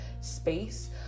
space